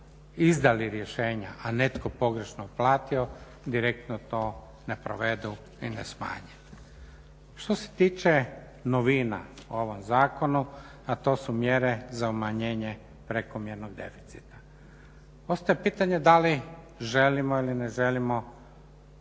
izdali rješenja, a netko pogrešno uplatio direktno to ne provedu i ne smanje. Što se tiče novina u ovom zakonu, a to su mjere za umanjenje prekomjernog deficita. Postoji pitanje da li želimo ili ne želimo